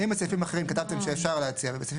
אם בסעיפים אחרים כתבתם שאפשר להציע ובסעיפים